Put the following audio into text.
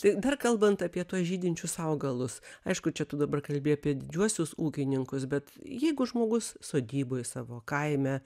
tai dar kalbant apie tuos žydinčius augalus aišku čia tu dabar kalbi apie didžiuosius ūkininkus bet jeigu žmogus sodyboj savo kaime